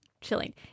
chilling